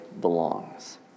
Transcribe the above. belongs